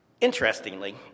interestingly